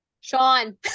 Sean